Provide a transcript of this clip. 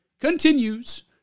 continues